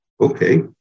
okay